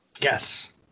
Yes